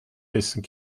dessen